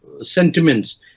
sentiments